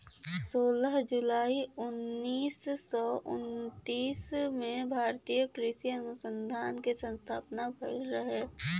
सोलह जुलाई उन्नीस सौ उनतीस में भारतीय कृषि अनुसंधान के स्थापना भईल रहे